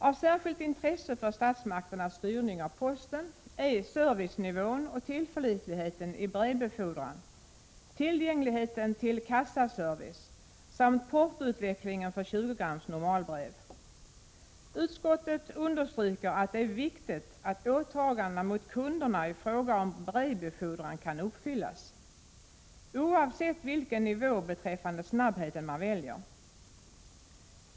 Av särskilt intresse för statsmakternas styrning av posten är servicenivån och tillförlitligheten i brevbefordran, tillgängligheten till kassaservice samt portoutvecklingen för 20 g normalbrev. Utskottsmajoriteten understryker att det är viktigt att åtagandena mot beträffande snabbheten man väljer.